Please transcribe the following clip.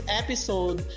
episode